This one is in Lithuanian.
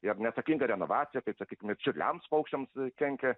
ir neatsakinga renovacija kaip sakykim ir čiurliams paukščiams kenkia